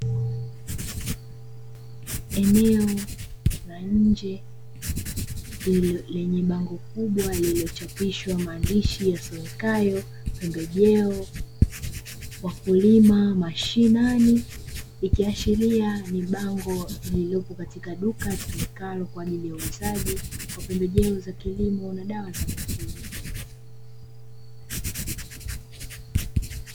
Eneo la nje lenye bango kubwa lililochapishwa maandishi yasomekayo "pembejeo wakulima mashinani" ,ikiashiria ni bango lililopo katika duka liltumikalo kwa ajili ya uuzaji wa pembejeo za kilimo na dawa za mifugo.